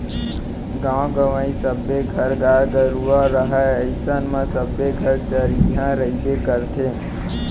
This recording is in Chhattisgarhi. गॉंव गँवई सबे घर गाय गरूवा रहय अइसन म सबे घर चरिहा रइबे करथे